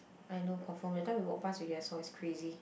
I know confirm that time we walk past already I saw it's crazy